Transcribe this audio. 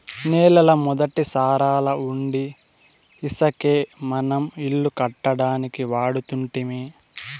నేలల మొదటి సారాలవుండీ ఇసకే మనం ఇల్లు కట్టడానికి వాడుతుంటిమి